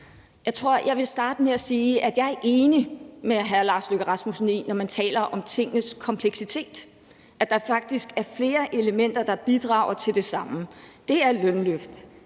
Jeg tror, jeg vil starte med at sige, at jeg er enig med hr. Lars Løkke Rasmussen i, at der, når man taler om tingenes kompleksitet, faktisk er flere elementer, der bidrager til det samme. Det er lønløft;